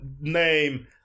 name